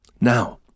Now